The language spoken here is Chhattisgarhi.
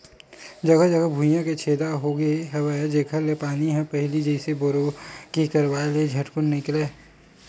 जघा जघा भुइयां के छेदा छेद होगे हवय जेखर ले पानी ह पहिली जइसे बोर के करवाय ले झटकुन नइ निकलय